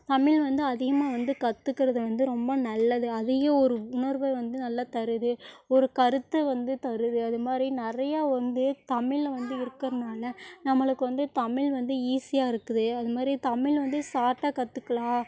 தமிழ் வந்து அதிகமாக வந்து கத்துகிறது வந்து ரொம்ப நல்லது அதையும் ஒரு உணர்வை வந்து நல்லா தருது ஒரு கருத்தை வந்து தருது அது மாதிரி நிறையா வந்து தமிழ்ல வந்து இருக்கிறதுனால நம்மளுக்கு வந்து தமிழ் வந்து ஈஸியாக இருக்குது அது மாதிரி தமிழ் வந்து சாட்டா கற்றுக்கலாம்